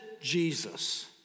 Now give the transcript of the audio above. Jesus